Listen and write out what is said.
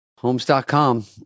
Homes.com